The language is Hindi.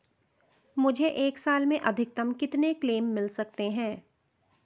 मुझे एक साल में अधिकतम कितने क्लेम मिल सकते हैं?